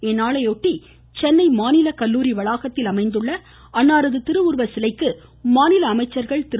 இதையொட்டி சென்னை மாநில கல்லூரி வளாகத்தில் அமைந்துள்ள அன்னாரது திருவுருவ சிலைக்கு மாநில அமைச்சர்கள் திரு